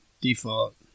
default